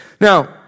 Now